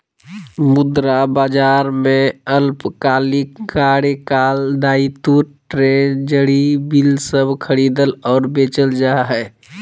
मुद्रा बाजार में अल्पकालिक कार्यकाल दायित्व ट्रेज़री बिल सब खरीदल और बेचल जा हइ